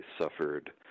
suffered